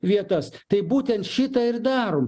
vietas tai būtent šitą ir darom